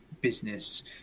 business